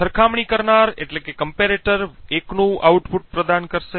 સરખામણી કરનાર 1 નું આઉટપુટ પ્રદાન કરશે